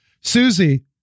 Susie